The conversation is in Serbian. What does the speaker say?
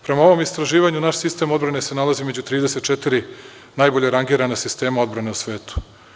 Prema ovom istraživanju, naš sistem odbrane se nalazi među 34 najbolje rangirana sistema odbrane u svetu.